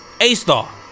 A-star